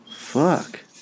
fuck